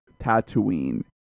Tatooine